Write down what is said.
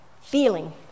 Feeling